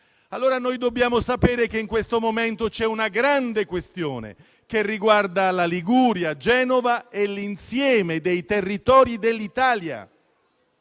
necessità. Dobbiamo sapere, allora, che in questo momento c'è una grande questione che riguarda la Liguria, Genova e l'insieme dei territori dell'Italia.